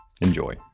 Enjoy